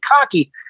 cocky